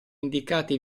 indicati